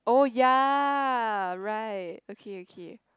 oh ya right okay okay